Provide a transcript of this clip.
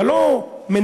אתה לא מנמק,